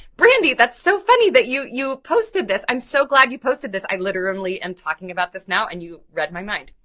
brandy that's so funny that you you posted this. i'm so glad you posted this, i literally am talking about this now and you read my mind.